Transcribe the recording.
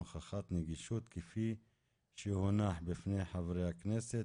הוכחת נגישות כפי שהונח בפני חברי הכנסת,